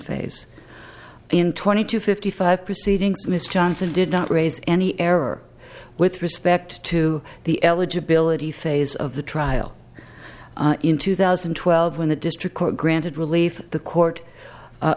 phase in twenty two fifty five proceedings mr johnson did not raise any error with respect to the eligibility phase of the trial in two thousand and twelve when the district court granted relief the court